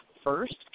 first